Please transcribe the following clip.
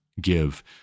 give